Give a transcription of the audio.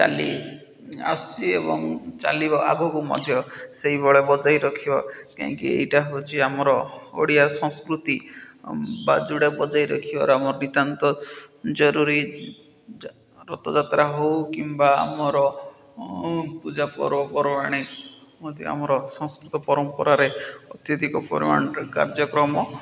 ଚାଲି ଆସୁଛି ଏବଂ ଚାଲିବ ଆଗକୁ ମଧ୍ୟ ସେଇଭଳେ ବଜାଇ ରଖିବ କାହିଁକି ଏଇଟା ହେଉଛି ଆମର ଓଡ଼ିଆ ସଂସ୍କୃତି ବା ଯେଉଁଗୁଡ଼ା ବଜାଇ ରଖିବାର ଆମ ନିତ୍ୟାନ୍ତ ଜରୁରୀ ରଥଯାତ୍ରା ହଉ କିମ୍ବା ଆମର ପୂଜା ପର୍ବପର୍ବାଣି ମଧ୍ୟ ଆମର ସଂସ୍କୃତ ପରମ୍ପରାରେ ଅତ୍ୟଧିକ ପରିମାଣରେ କାର୍ଯ୍ୟକ୍ରମ